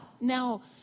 now